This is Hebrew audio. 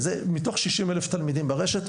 מתוך 60,000 תלמידים ברשת,